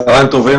צוהריים טובים.